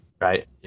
Right